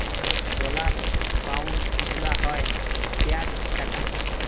dollar, pound গুলা হ্যয় fiat টাকা